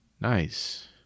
Nice